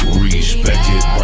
respected